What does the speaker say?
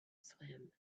swim